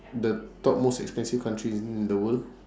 the top most expensive country in the world